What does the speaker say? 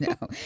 No